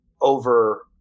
over